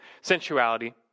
sensuality